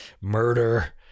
murder